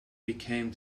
became